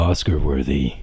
Oscar-worthy